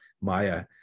Maya